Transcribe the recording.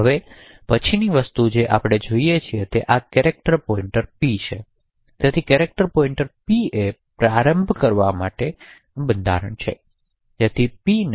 હવે પછીની વસ્તુ જે આપણે જોઈએ છીએ તે આ કેરેક્ટર પોઈંટર પી છે તેથી કેરેક્ટર પોઈંટર પી એ પ્રારંભ કરવા માટે છે બંધારણ તેથી પી ને